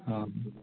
অঁ